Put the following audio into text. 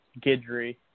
Gidry